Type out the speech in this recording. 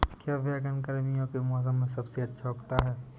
क्या बैगन गर्मियों के मौसम में सबसे अच्छा उगता है?